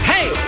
Hey